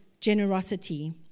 generosity